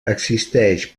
existeix